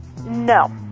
No